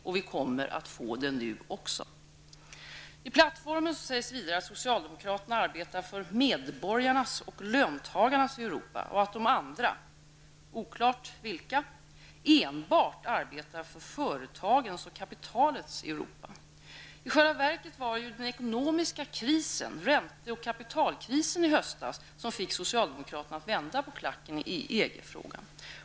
Och vi kommer att få det nu också. I plattformen sägs vidare att socialdemokraterna arbetar för medborgarnas och löntagarnas Europa och att de andra -- oklart vilka -- enbart arbetar för företagens och kapitalets Europa. Egentligen var det den ekonomiska krisen, ränte och kapitalkrisen i höstas, som fick socialdemokraterna att vända på klacken i EG-frågan.